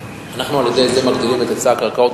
אנחנו על-ידי זה מגדילים את היצע הקרקעות.